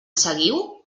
seguiu